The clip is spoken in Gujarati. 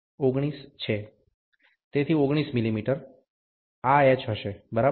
1 19 છે તેથી 19 મીલીમીટર આ h હશે બરાબર